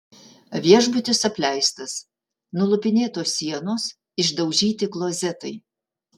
viešbutis apleistas nulupinėtos sienos išdaužyti klozetai